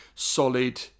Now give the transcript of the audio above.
Solid